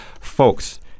folks